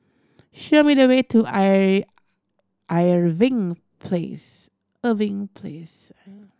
show me the way to Place Irving Place